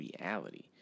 reality